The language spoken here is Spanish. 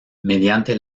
mediante